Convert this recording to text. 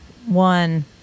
one